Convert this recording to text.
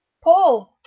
paul.